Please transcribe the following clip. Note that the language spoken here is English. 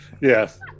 Yes